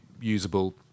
usable